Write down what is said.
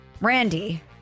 Randy